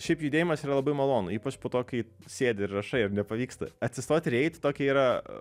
šiaip judėjimas yra labai malonu ypač po to kai sėdi ir rašai ir nepavyksta atsistoti ir eit tokia yra